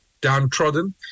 downtrodden